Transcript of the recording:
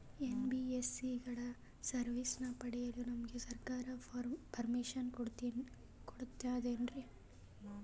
NBSC ಗಳ ಸರ್ವಿಸನ್ನ ಪಡಿಯಲು ನಮಗೆ ಸರ್ಕಾರ ಪರ್ಮಿಷನ್ ಕೊಡ್ತಾತೇನ್ರೀ?